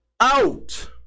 out